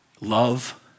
Love